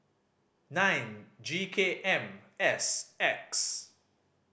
nine G K M S X